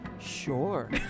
Sure